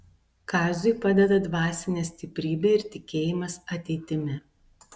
kaziui padeda dvasinė stiprybė ir tikėjimas ateitimi